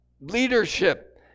leadership